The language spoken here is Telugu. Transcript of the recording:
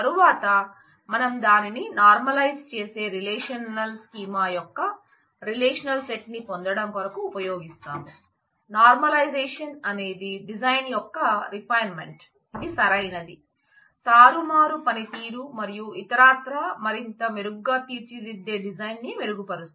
తరువాత మనం దానిని నార్మలైజ్ చేసే రిలేషనల్ స్కీమా అనేది డిజైన్ యొక్క రిఫైన్మెంట్ ఇది సరైనది తారుమారు పనితీరు మరియు ఇతరాత్రా మరింత మెరుగ్గా తీర్చిదిద్దే డిజైన్ ని మెరుగుపరుస్తుంది